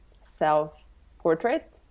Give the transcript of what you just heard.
self-portrait